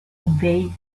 invade